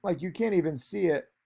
like you can't even see it.